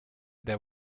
there